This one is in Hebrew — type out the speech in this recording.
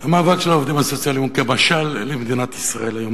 המאבק של העובדים הסוציאליים הוא כמשל למדינת ישראל היום.